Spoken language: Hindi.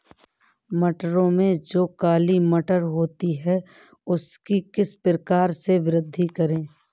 मटरों में जो काली मटर होती है उसकी किस प्रकार से वृद्धि करें?